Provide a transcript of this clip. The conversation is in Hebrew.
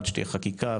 עד שתהיה חקיקה.